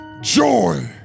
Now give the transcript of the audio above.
joy